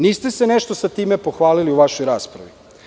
Niste se nešto sa time pohvalili u vašoj raspravi.